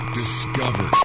discover